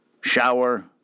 shower